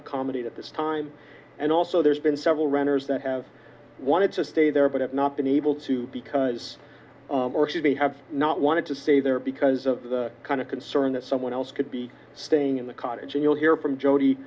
accommodate at this time and also there's been several renters that have wanted to stay there but have not been able to because or should they have not wanted to stay there because of the kind of concern that someone else could be staying in the cottage and you'll hear from jod